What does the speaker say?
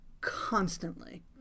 constantly